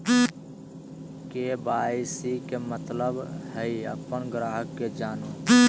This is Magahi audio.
के.वाई.सी के मतलब हइ अपन ग्राहक के जानो